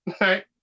Right